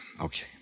Okay